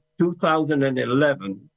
2011